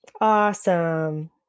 Awesome